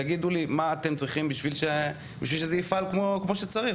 תגידו לי מה אתם צריכים בשביל שזה יפעל כמו שצריך.